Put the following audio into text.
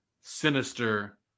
sinister